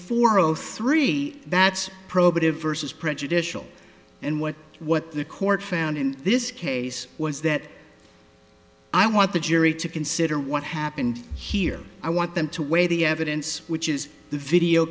four zero three that's prohibitive versus prejudicial and what what the court found in this case was that i want the jury to consider what happened here i want them to weigh the evidence which is the video